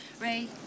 Ray